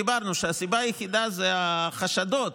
אמרנו שהסיבה היחידה היא החשדות,